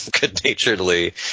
Good-naturedly